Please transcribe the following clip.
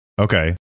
Okay